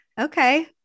Okay